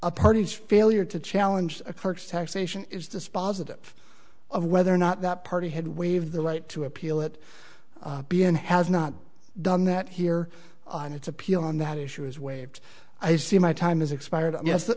a party's failure to challenge a kirk's taxation is dispositive of whether or not that party had waived the right to appeal it b n has not done that here and its appeal on that issue is waived i see my time has expired yes